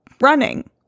running